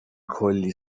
کلی